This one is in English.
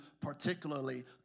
particularly